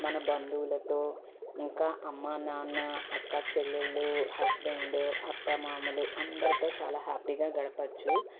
మన బంధువులతో ఇంకా అమ్మా నాన్న అక్కా చెల్లెల్లు హుస్బెండు అత్తా మామలు అందరితో చాలా హ్యాప్పీగా గడపచ్చు